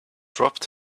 dropped